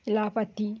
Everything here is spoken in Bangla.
অ্যালোপাথি